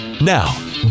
now